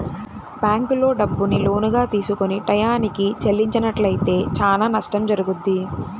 బ్యేంకుల్లో డబ్బుని లోనుగా తీసుకొని టైయ్యానికి చెల్లించనట్లయితే చానా నష్టం జరుగుద్ది